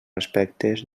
aspectes